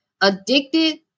addicted